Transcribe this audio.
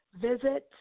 visit